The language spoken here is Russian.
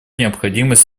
необходимость